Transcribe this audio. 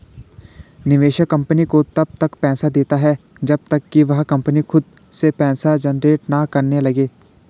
निवेशक कंपनी को तब तक पैसा देता है जब तक कि वह कंपनी खुद से पैसा जनरेट ना करने लगे